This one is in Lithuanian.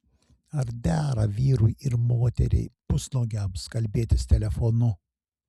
ar dera vyrui ir moteriai pusnuogiams kalbėtis telefonu